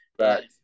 Right